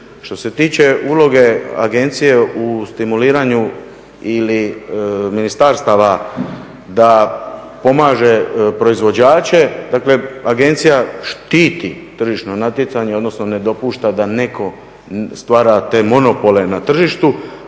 Što se tiče uloge agencije u stimuliranju ili ministarstava da pomaže proizvođače, dakle agencija štiti tržišno natjecanje odnosno ne dopušta da netko stvara te monopole na tržištu.